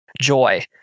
joy